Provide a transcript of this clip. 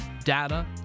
data